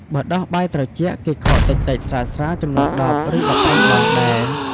បើដោះបាយត្រជាក់គេខោកតិចៗស្រាលៗ ចំនួន ១០ ឬ ១៥ ដងដែរ។